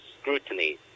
scrutiny